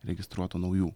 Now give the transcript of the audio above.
registruotų naujų